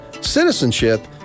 citizenship